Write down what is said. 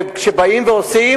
וכשבאים ועושים,